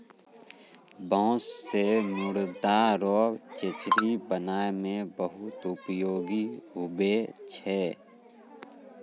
बाँस से मुर्दा रो चचरी बनाय मे बहुत उपयोगी हुवै छै